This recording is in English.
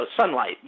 sunlight